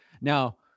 Now